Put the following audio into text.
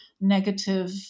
negative